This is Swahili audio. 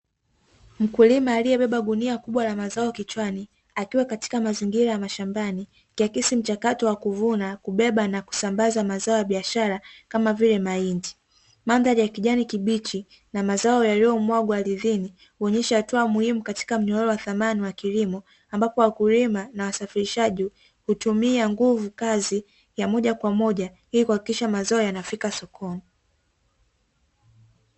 Mkulima aliyebeba gunia kubwa la mazao kichwani, akiwa katika mazingira ya mashambani ikiakiasi mchakato wa kuvuna, kubeba na kusambaza mazao ya biashara kama vile mahindi. Mandhari ya kijani kibichi na mazao yaliyomwagwa ardhini huonyesha hatua muhimu katika mnyororo wa thamani wa kilimo, ambapo wakulima na wasafirishaji hutumia nguvu kazi ya moja kwa moja ili kuhakikisha mazao yanafika sokoni.